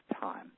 time